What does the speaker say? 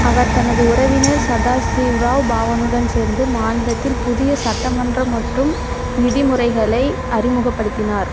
அவர் தனது உறவினர் சதாசிவ்ராவ் பாவனுடன் சேர்ந்து மாநிலத்தில் புதிய சட்டமன்ற மற்றும் நிதி முறைகளை அறிமுகப்படுத்தினார்